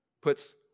puts